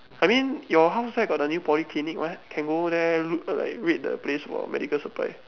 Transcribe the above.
I mean your house there got the new polyclinic [what] can go there look like raid the place for medical supplies